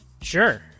Sure